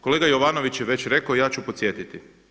Kolega Jovanović je već rekao, a ja ću podsjetiti.